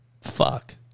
Fuck